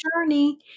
journey